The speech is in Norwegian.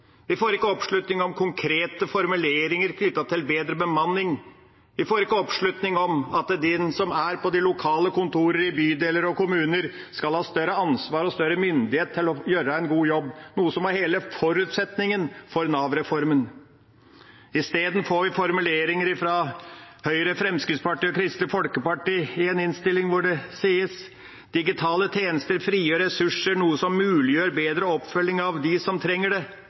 Vi får ikke oppslutning om konkrete formuleringer knyttet til bedre bemanning. Vi får ikke oppslutning om at de som er på de lokale kontorer i bydeler og kommuner, skal ha større ansvar og større myndighet til å gjøre en god jobb, noe som var hele forutsetningen for Nav-reformen. Isteden får vi formuleringer fra Høyre, Fremskrittspartiet og Kristelig Folkeparti i en innstilling, hvor det sies: «Digitaliserte tjenester frigjør ressurser, noe som muliggjør bedre oppfølging av de som trenger det.»